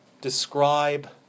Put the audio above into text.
describe